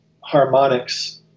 harmonics